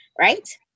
right